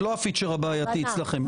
זה לא הפיצ'ר הבעייתי אצלכם.